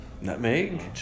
Nutmeg